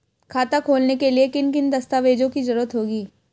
खाता खोलने के लिए किन किन दस्तावेजों की जरूरत होगी?